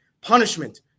punishment